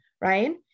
right